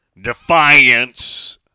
defiance